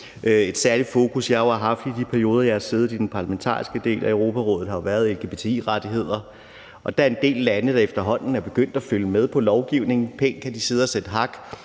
Et særligt fokus, jeg har haft i de perioder, hvor jeg har siddet i den parlamentariske del af Europarådet, har jo været lgbt-rettigheder, og der er en del lande, der efterhånden er begyndt at følge med med hensyn til lovgivning. Pænt kan de sidde og sætte hak,